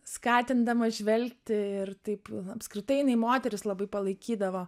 skatindama žvelgti ir taip apskritai jinai moteris labai palaikydavo